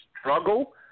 struggle